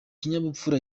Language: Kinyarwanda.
kinyabupfura